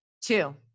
Two